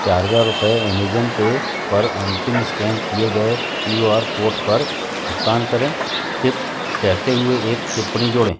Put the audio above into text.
चार हज़ार रुपये एमेजन पे पर अंतिम इस्कैन किए गए क्यू आर कोड पर भुगतान करें टिप कहते हुए एक टिप्पणी जोड़ें